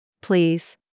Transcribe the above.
Please